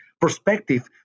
perspective